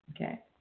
Okay